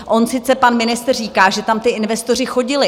On sice pan ministr říká, že tam investoři chodili.